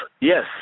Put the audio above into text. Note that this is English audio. Yes